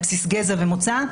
על בסיס גזע ומוצא,